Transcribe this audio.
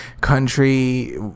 country